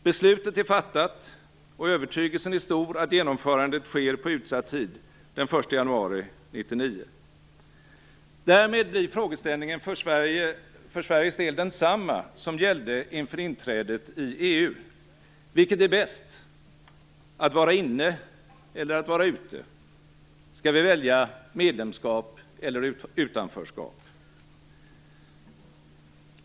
Beslutet är fattat, och övertygelsen är stor att genomförandet sker på utsatt tid den 1 januari 1999. Därmed blir frågeställningen för Sveriges del densamma som gällde inför inträdet i EU: Vilket är bäst - att vara inne eller att vara ute? Skall vi välja medlemskap eller utanförskap?